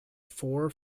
four